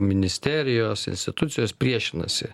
ministerijos institucijos priešinasi